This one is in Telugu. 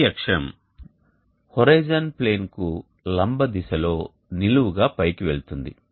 ఈ అక్షము హోరిజోన్ ప్లేన్కు లంబ దిశలో నిలువుగా పైకి వెళుతుంది